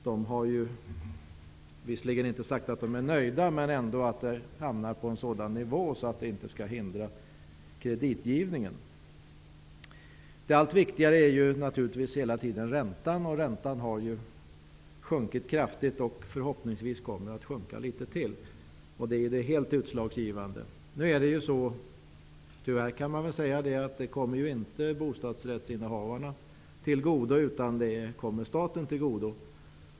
De har visserligen inte sagt att de är nöjda men att det hamnar på en sådan nivå att det inte hindrar kreditgivningen. Allt viktigare är naturligtvis hela tiden räntan, och räntan har ju sjunkit kraftigt och kommer förhoppningsvis att sjunka litet till. Det är det helt utslagsgivande. Tyvärr kommer det inte bostadsrättshavarna till godo utan staten.